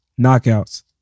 Knockouts